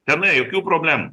tenai jokių problemų